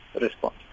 response